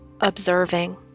observing